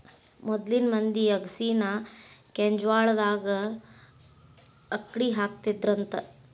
ಮೊದ್ಲಿನ ಮಂದಿ ಅಗಸಿನಾ ಕೆಂಜ್ವಾಳದಾಗ ಅಕ್ಡಿಹಾಕತ್ತಿದ್ರಂತ